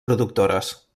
productores